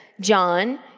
John